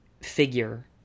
figure